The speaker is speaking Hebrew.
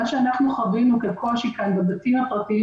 מה שאנחנו חווינו כאן כקושי בבתים הפרטיים